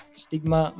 stigma